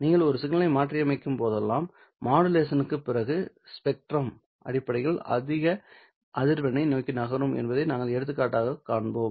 நீங்கள் ஒரு சிக்னலை மாற்றியமைக்கும் போதெல்லாம் மாடுலேஷனுக்குப் பிறகு ஸ்பெக்ட்ரம் அடிப்படையில் அதிக அதிர்வெண்ணை நோக்கி நகரும் என்பதை நாங்கள் எடுத்துக்காட்டாக கண்டோம்